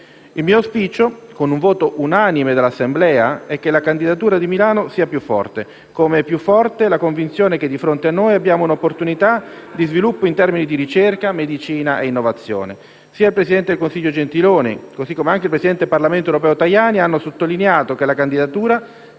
Il mio auspicio, con un voto unanime dell'Assemblea, è che la candidatura di Milano sia più forte, come è più forte la convinzione che di fronte a noi abbiamo un'opportunità di sviluppo in termini di ricerca, medicina e innovazione. Sia il presidente del Consiglio Gentiloni Silveri che il presidente del Parlamento europeo Tajani hanno sottolineato che la candidatura,